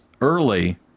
early